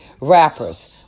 Rappers